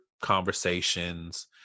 conversations